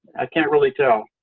i can't really tell.